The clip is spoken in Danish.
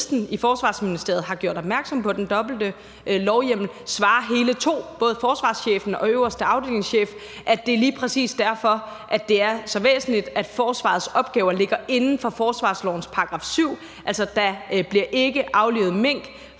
juristen i Forsvarsministeriet har gjort opmærksom på den dobbelte lovhjemmel, svarer hele to, nemlig forsvarschefen og den øverste afdelingschef, at det lige præcis er derfor, at det er så væsentligt, at forsvarets opgaver ligger inden for forsvarslovens § 7. Der bliver altså ikke aflivet mink.